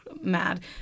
mad